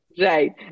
Right